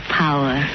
power